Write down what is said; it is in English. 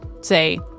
Say